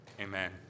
Amen